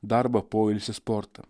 darbą poilsį sportą